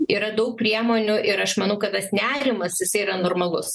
yra daug priemonių ir aš manau kad tas nerimas jisai yra normalus